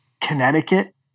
Connecticut